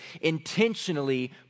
intentionally